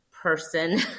person